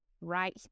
right